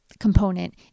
component